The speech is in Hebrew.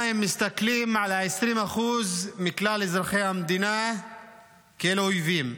הם מסתכלים על ה-20% מכלל אזרחי המדינה כאל אויבים?